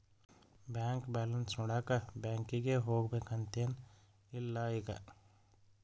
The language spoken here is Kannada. ಬ್ಯಾಂಕ್ ಬ್ಯಾಲೆನ್ಸ್ ನೋಡಾಕ ಬ್ಯಾಂಕಿಗೆ ಹೋಗ್ಬೇಕಂತೆನ್ ಇಲ್ಲ ಈಗ